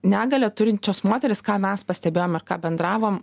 negalią turinčios moterys ką mes pastebėjom ar ką bendravom